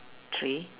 three